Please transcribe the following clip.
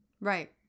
Right